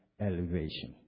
elevation